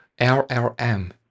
LLM